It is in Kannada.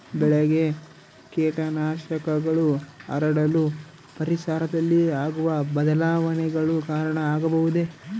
ಬೆಳೆಗೆ ಕೇಟನಾಶಕಗಳು ಹರಡಲು ಪರಿಸರದಲ್ಲಿ ಆಗುವ ಬದಲಾವಣೆಗಳು ಕಾರಣ ಆಗಬಹುದೇ?